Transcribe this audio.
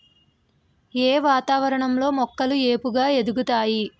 ఏ వాతావరణం లో మొక్కలు ఏపుగ ఎదుగుతాయి?